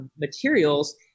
Materials